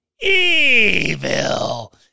Evil